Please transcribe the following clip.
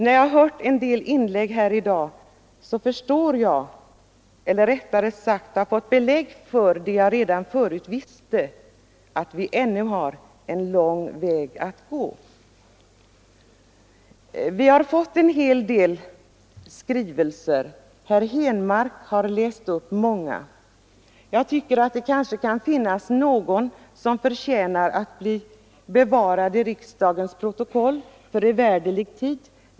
När jag har hört en del inlägg här i dag förstår jag — eller rättare sagt, jag har fått belägg för det jag förut visste — att vi ännu har en lång väg att gå. Vi har fått en hel del skrivelser. Herr Henmark har läst upp många. Jag tycker att någon kan förtjäna att bli bevarad i riksdagens protokoll i evärdelig tid.